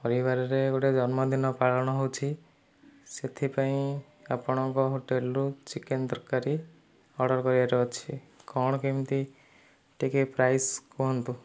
ପରିବାରରେ ଗୋଟିଏ ଜନ୍ମଦିନ ପାଳନ ହେଉଛି ସେଥିପାଇଁ ଆପଣଙ୍କ ହୋଟେଲରୁ ଚିକେନ୍ ତରକାରୀ ଅର୍ଡ଼ର କରିବାର ଅଛି କ'ଣ କେମିତି ଟିକିଏ ପ୍ରାଇସ୍ କୁହନ୍ତୁ